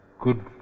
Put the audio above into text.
good